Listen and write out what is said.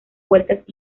vueltas